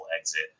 exit